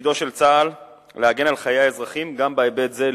תפקידו של צה"ל להגן על חיי האזרחים גם בהיבט הזה,